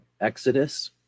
exodus